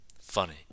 funny